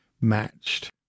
matched